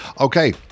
Okay